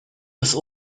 bis